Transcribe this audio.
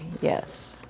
yes